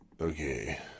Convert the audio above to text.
Okay